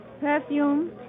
Perfume